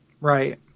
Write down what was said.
Right